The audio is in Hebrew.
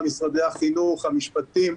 החינוך והמשפטים.